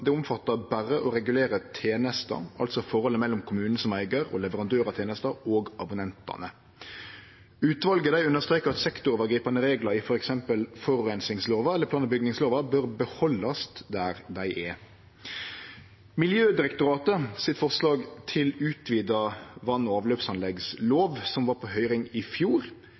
omfattar berre å regulere tenesta, altså forholdet mellom kommunen som eigar og leverandør av tenesta og abonnentane. Utvalet understrekar at sektorovergripande reglar i f.eks. forureiningslova eller plan- og bygningslova bør behaldast der dei er. Forslaget frå Miljødirektoratet til utvida vass- og avløpsanleggslov, som var på høyring i fjor,